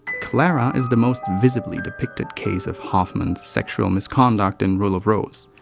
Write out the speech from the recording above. clara is the most visibly depicted case of hoffman's sexual misconduct in rule of rose.